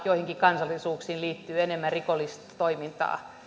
joihinkin kansallisuuksiin liittyy enemmän rikollista toimintaa